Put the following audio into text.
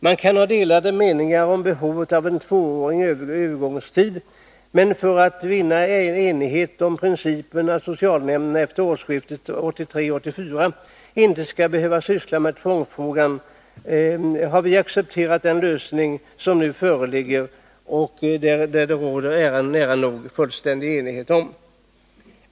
Man kan ha delade meningar om behovet av en tvåårig övergångstid, men för att vinna enighet om principen att socialnämnderna vid årsskiftet 1983-1984 inte skall behöva syssla med tvångsfrågan har vi accepterat den lösning som nu föreligger och som det råder nära nog fullständig enighet om.